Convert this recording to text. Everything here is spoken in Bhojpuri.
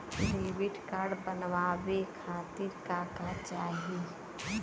डेबिट कार्ड बनवावे खातिर का का चाही?